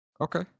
Okay